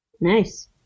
Nice